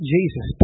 Jesus